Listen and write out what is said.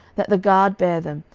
that the guard bare them,